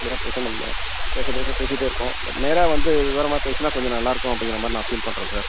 க்ளியராக பேச முடியல பேசுறதே தான் சார் பேசிகிட்டே இருப்போம் பட் நேராக வந்து விவரமாக பேசுனால் கொஞ்சம் நல்லா இருக்கும் அப்படிங்கற மாதிரி நான் ஃபீல் பண்ணுறேன் சார்